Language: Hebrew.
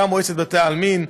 גם מועצת בתי העלמין,